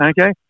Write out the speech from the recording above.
okay